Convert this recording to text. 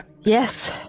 Yes